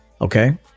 okay